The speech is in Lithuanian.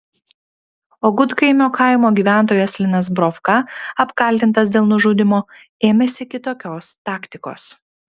o gudkaimio kaimo gyventojas linas brovka apkaltintas dėl nužudymo ėmėsi kitokios taktikos